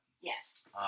Yes